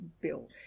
Bill